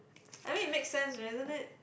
I mean it makes sense isn't it